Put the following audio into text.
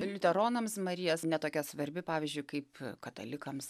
liuteronams marijos ne tokia svarbi pavyzdžiui kaip katalikams